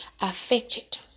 affected